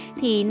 thì